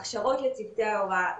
הכשרות לצווי ההוראה,